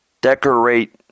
decorate